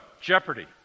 Jeopardy